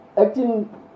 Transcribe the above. acting